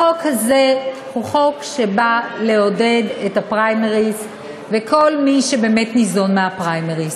החוק הזה הוא חוק שבא לעודד את הפריימריז ואת כל מי שניזון מהפריימריז.